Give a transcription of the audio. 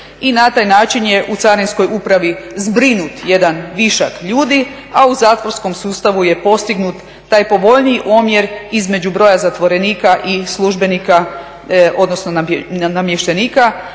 I na taj način je u Carinskoj upravi zbrinut jedan višak ljudi, a u zatvorskom sustavu je postignut taj povoljniji omjer između broja zatvorenika i službenika, odnosno namještenika.